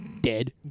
Dead